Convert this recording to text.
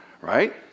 Right